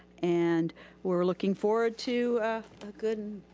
and we're looking forward to a good,